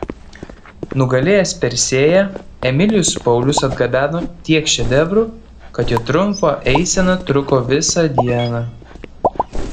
nugalėjęs persėją emilijus paulius atgabeno tiek šedevrų kad jo triumfo eisena truko visą dieną